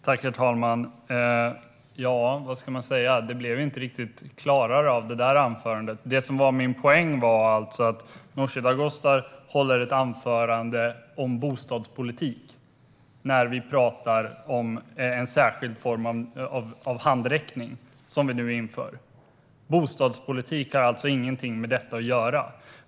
Herr talman! Ja, vad ska man säga? Det blev ju inte riktigt klarare av det anförandet. Min poäng var att Nooshi Dadgostar håller ett anförande om bostadspolitik när vi pratar om en särskild form av handräckning, som vi nu inför. Bostadspolitik har alltså ingenting med detta att göra.